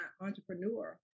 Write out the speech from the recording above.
entrepreneur